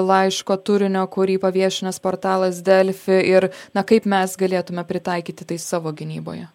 laiško turinio kurį paviešinęs portalas delfi ir na kaip mes galėtume pritaikyti tai savo gynyboje